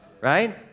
right